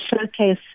showcase